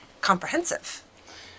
comprehensive